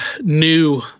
new